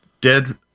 dead